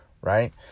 Right